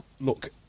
look